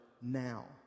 now